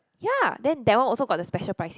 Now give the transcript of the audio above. ya then that one also got the special pricing